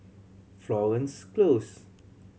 Florence Close